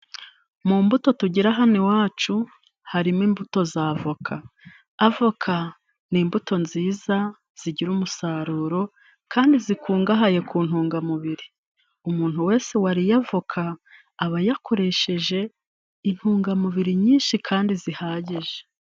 Mu mbuto tugira hano iwacu, harimo imbuto z'avoka, avoka n'imbuto nziza zigira umusaruro, kandi zikungahaye ku ntungamubiri, umuntu wese wariye avoka, aba yakoresheje intungamubiri nyinshi, kandi zihagije.